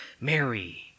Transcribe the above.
Mary